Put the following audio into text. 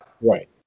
Right